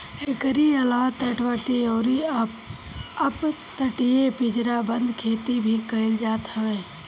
एकरी अलावा तटवर्ती अउरी अपतटीय पिंजराबंद खेती भी कईल जात हवे